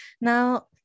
now